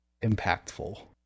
impactful